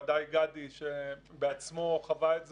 ודאי גדי שבעצמו חווה את זה,